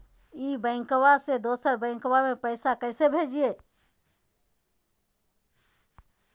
ई बैंकबा से दोसर बैंकबा में पैसा कैसे भेजिए?